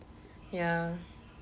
ya